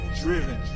driven